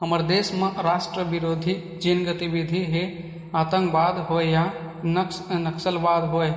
हमर देस म राष्ट्रबिरोधी जेन गतिबिधि हे आंतकवाद होय या नक्सलवाद होय